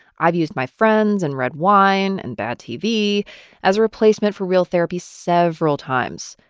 i've used my friends and red wine and bad tv as a replacement for real therapy several times.